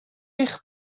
eich